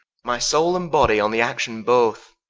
my soule and bodie on the action both